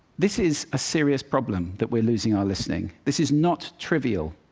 this is a serious problem that we're losing our listening. this is not trivial,